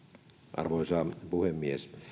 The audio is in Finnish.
arvoisa puhemies